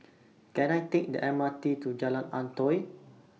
Can I Take The M R T to Jalan Antoi